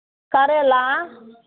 करेला